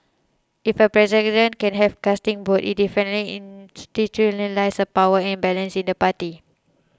if a president can have casting vote it definitely institutionalises a power imbalance in the party